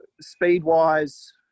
speed-wise